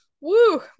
Woo